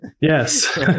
yes